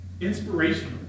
inspirational